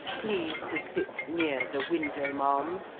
please to sit near the window, ma'am,